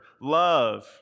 love